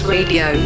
Radio